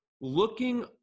looking